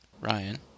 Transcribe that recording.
Ryan